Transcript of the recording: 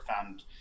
found